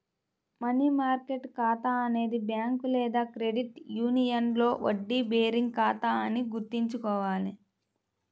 money market ఖాతా అనేది bank లేదా క్రెడిట్ యూనియన్లో వడ్డీ బేరింగ్ ఖాతా అని గుర్తుంచుకోవాలి